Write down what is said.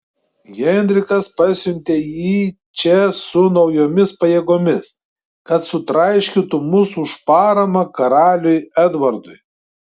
henrikas pasiuntė jį čia su naujomis pajėgomis kad sutraiškytų mus už paramą karaliui edvardui